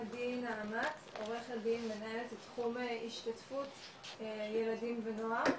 עדי נעמת עורכת דין מנהלת תחום השתתפות הילדים ונוער,